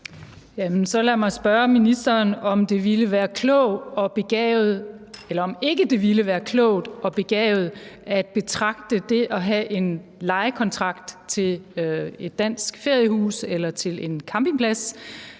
så lad mig spørge ministeren, om ikke det ville være klogt og begavet at betragte det at have en lejekontrakt til et dansk feriehus eller til en campingplads